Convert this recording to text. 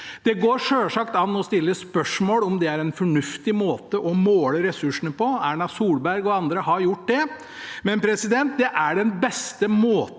Det går selvsagt an å stille spørsmål ved om det er en fornuftig måte å måle ressursene på – Erna Solberg og andre har gjort det – men det er den beste måten